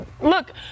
Look